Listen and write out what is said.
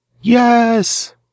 Yes